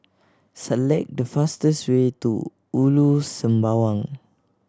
select the fastest way to Ulu Sembawang